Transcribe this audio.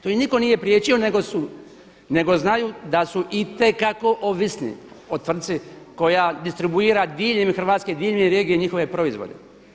To im nitko nije priječio nego su, nego znaju da su itekako ovisni o tvrtci koja distribuira diljem Hrvatske, diljem regije njihove proizvode.